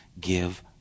give